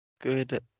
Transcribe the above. Good